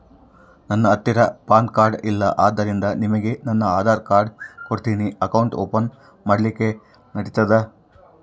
ನನ್ನ ಹತ್ತಿರ PAN card ಇಲ್ಲ ಆದ್ದರಿಂದ ನಿಮಗೆ ನನ್ನ ಆಧಾರ್ ಕಾರ್ಡ್ ಕೊಡ್ತೇನಿ ಅಕೌಂಟ್ ಓಪನ್ ಮಾಡ್ಲಿಕ್ಕೆ ನಡಿತದಾ?